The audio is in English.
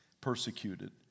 persecuted